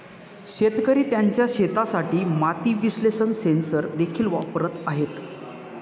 शेतकरी त्यांच्या शेतासाठी माती विश्लेषण सेन्सर देखील वापरत आहेत